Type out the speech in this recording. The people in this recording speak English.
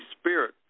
Spirit